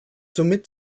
somit